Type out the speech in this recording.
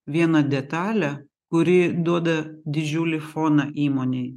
vieną detalę kuri duoda didžiulį foną įmonei